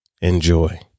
Enjoy